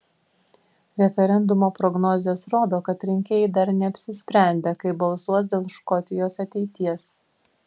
referendumo prognozės rodo kad rinkėjai dar neapsisprendę kaip balsuos dėl škotijos ateities